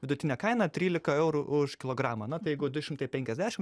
vidutinė kaina trylika eurų už kilogramą na tai jeigu du šimtai penkiasdešim